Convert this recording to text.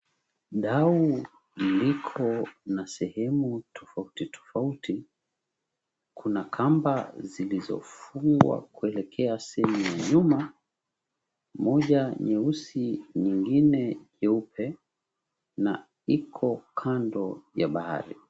Dau liko na sehemu tofauti tofauti. Kuna kamba zilizofungwa kuelekea sehemu ya nyuma, moja nyeusi, nyingine nyeupe na iko kando ya bahari.